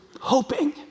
hoping